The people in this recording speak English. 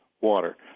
water